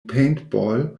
paintball